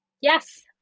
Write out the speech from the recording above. Yes